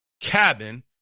cabin